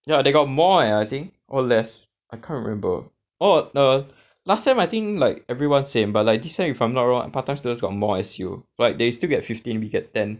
ya they got more eh I think or less I can't remember oh err last sem I think like everyone same but like this sem if I'm not wrong part time students got more S_U like they still get fifteen we get ten